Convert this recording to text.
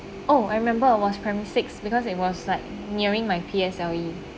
oh I remember I was primary six because it was like nearing my P_S_L_E